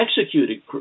executed